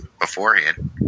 beforehand